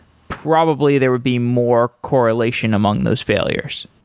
probably there would be more correlation among those failures.